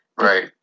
Right